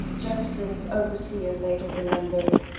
jefferson's overseer later remembered.